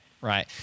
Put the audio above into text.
right